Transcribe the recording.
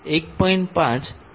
5 amps ની નજીક છે